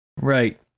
Right